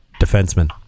defenseman